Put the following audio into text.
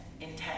intent